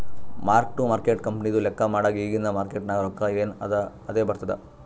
mark to market ಕಂಪನಿದು ಲೆಕ್ಕಾ ಮಾಡಾಗ್ ಇಗಿಂದ್ ಮಾರ್ಕೇಟ್ ನಾಗ್ ರೊಕ್ಕಾ ಎನ್ ಅದಾ ಅದೇ ಬರ್ತುದ್